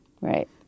Right